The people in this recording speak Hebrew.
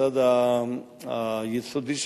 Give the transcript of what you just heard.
בצד היסודי,